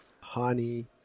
honey